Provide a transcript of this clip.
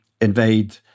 invade